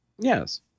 Yes